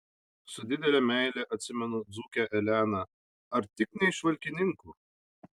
su didele meile atsimenu dzūkę eleną ar tik ne iš valkininkų